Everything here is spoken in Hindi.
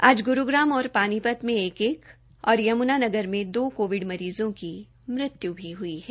आज ग्रूग्राम और पानीपत में एक एक और यम्नानगर में दो कोविड मरीजों की मृत्यु भी हुई है